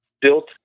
built